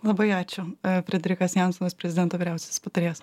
labai ačiū frederikas jansonas prezidento vyriausiasis patarėjas